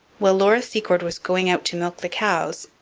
while laura secord was going out to milk the cows,